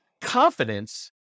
confidence